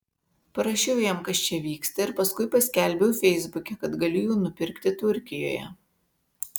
parašiau jam kas čia vyksta ir paskui paskelbiau feisbuke kad galiu jų nupirkti turkijoje